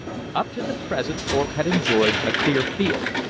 up to the present thorpe had enjoyed a clear field.